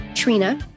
Trina